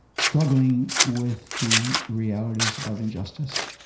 struggling with the realities of injustice,